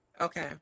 Okay